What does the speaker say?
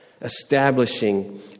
establishing